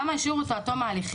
למה השאירו אותו עד תום ההליכים?